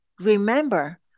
remember